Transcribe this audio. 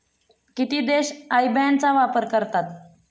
किती देश IBAN चा वापर करतात?